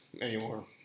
anymore